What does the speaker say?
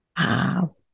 Wow